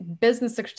business